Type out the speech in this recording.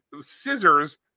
scissors